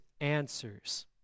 answers